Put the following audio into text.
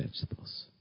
vegetables